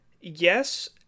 Yes